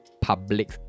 public